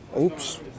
Oops